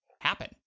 happen